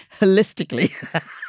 holistically